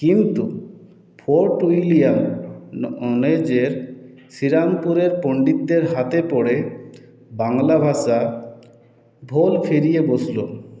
কিন্তু Fort William অনার্যের শ্রীরামপুরের পণ্ডিতদের হাতে পড়ে বাংলা ভাষা ভোল ফিরিয়ে বসলো